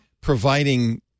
providing